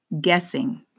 Guessing